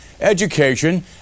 education